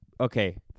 Okay